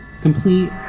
complete